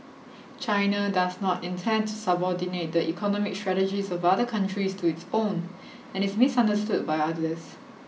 China does not intend to subordinate the economic strategies of other countries to its own and is misunderstood by others